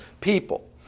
people